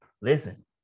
Listen